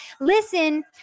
listen